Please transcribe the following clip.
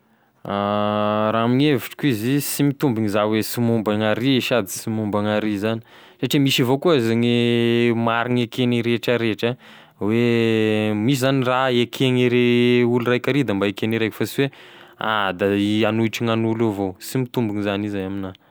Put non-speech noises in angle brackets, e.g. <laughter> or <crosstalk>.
<hesitation> Raha amign'evitrako izy sy mitombiny iza hoe sy momba gn'ary sady sy momba gn'ary zany, satria misy avao koa aza gne marigny eken'ny retraretra hoe misy zany raha eken'iry olo raiky ry da mba ekegne raiky fa sy hoe ha da hagnohitry gn'an'olo avao sy mitombony zany izay amignahy.